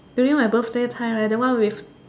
during my birthday time right the one with